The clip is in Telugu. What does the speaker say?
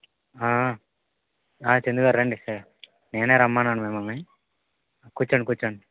చందుగారు రండి నేనే రమ్మన్నాను మిమ్మల్ని కూర్చోండి కూర్చోండి